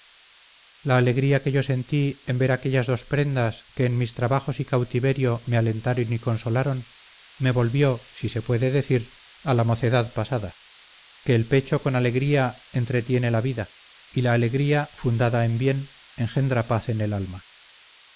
la alegría que yo sentí en ver aquellas dos prendas que en mis trabajos y cautiverio me alentaron y consolaron me volvió si se puede decir a la mocedad pasada que el pecho con alegría entretiene la vida y la alegría fundada en bien engendra paz en el alma